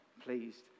pleased